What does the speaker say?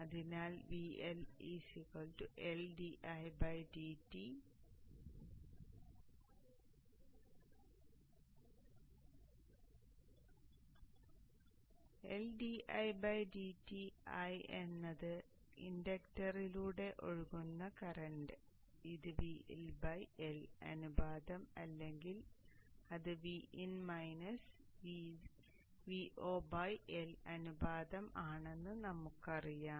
അതിനാൽ VL i എന്നത് ഇൻഡക്ടറിലൂടെ ഒഴുകുന്ന കറന്റ് ഇത് VL L അനുപാതം അല്ലെങ്കിൽ അത് L അനുപാതം ആണെന്ന് നമുക്കറിയാം